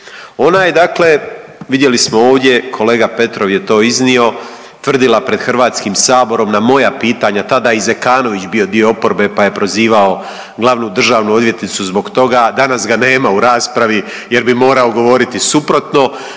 Ona je dakle, vidjeli smo ovdje kolega Petrov je to iznio tvrdila pred Hrvatskim saborom, na moja pitanja, tada je i Zekanović bio dio oporbe pa je prozivao glavnu državnu odvjetnicu zbog toga. Danas ga nema u raspravi, jer bi morao govoriti suprotno.